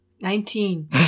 Nineteen